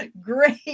great